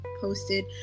posted